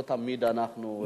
לא תמיד אנחנו,